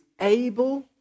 able